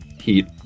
Heat